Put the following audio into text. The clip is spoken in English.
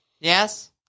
Yes